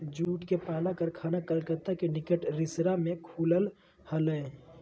jute के पहला कारखाना कलकत्ता के निकट रिसरा में खुल लय हल